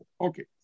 Okay